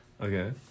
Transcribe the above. Okay